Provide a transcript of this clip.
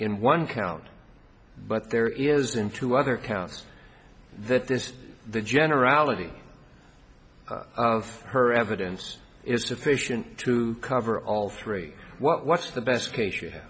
in one count but there is in two other counts that this the generality of her evidence is sufficient to cover all three what's the best case